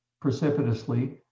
precipitously